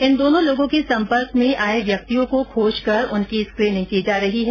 इन दोनों लोगों के सपर्क में आए व्यक्तियो को खोज कर स्क्रिनिंग की जा रही है